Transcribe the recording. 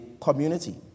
community